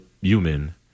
human